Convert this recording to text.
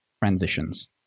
transitions